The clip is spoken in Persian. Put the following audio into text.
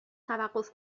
توقف